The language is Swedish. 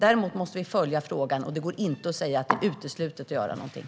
Däremot måste vi följa frågan, och det går inte att säga att det är uteslutet att göra någonting.